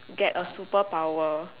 get a superpower